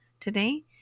today